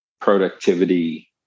productivity